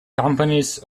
companies